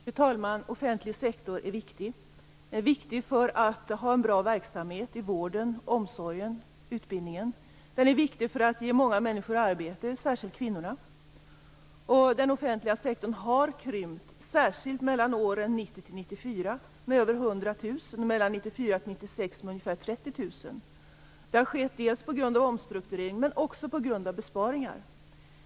Fru talman! Den offentliga sektorn är viktig. Den är viktig för att ha en bra verksamhet i vården, omsorgen och utbildningen. Den är viktig för att ge många människor arbete, särskilt kvinnorna. Den offentliga sektorn har krympt, mellan åren med ungefär 30 000. Det har skett delvis på grund av omstrukturering, men också på grund av besparingar.